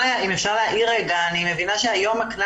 --- אם אפשר להעיר אני מבינה שהקנס